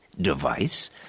device